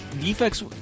defects